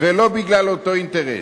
ולא בגלל אותו אינטרס.